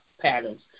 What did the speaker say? patterns